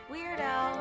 Weirdo